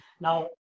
Now